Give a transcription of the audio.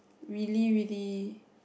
really really